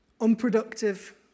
unproductive